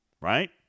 Right